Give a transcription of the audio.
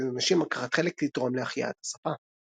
עודד אנשים לקחת חלק לתרום להחייאת השפה.